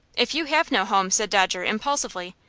if you have no home, said dodger, impulsively,